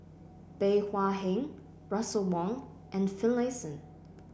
Bey Hua Heng Russel Wong and Finlayson